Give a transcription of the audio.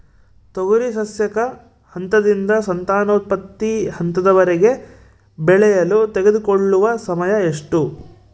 ತೊಗರಿ ಸಸ್ಯಕ ಹಂತದಿಂದ ಸಂತಾನೋತ್ಪತ್ತಿ ಹಂತದವರೆಗೆ ಬೆಳೆಯಲು ತೆಗೆದುಕೊಳ್ಳುವ ಸಮಯ ಎಷ್ಟು?